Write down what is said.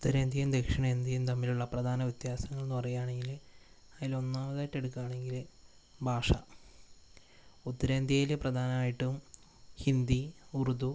ഉത്തരേന്ത്യയും ദക്ഷിണേന്ത്യയും തമ്മിലുള്ള പ്രധാന വ്യത്യാസങ്ങൾ എന്നു പറയുകയാണെങ്കിൽ അതിൽ ഒന്നാമതായിട്ട് എടുക്കുകയാണെങ്കിൽ ഭാഷ ഉത്തരേന്ത്യയിൽ പ്രധാനമായിട്ടും ഹിന്ദി ഉറുദു